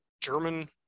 german